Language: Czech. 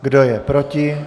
Kdo je proti?